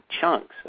chunks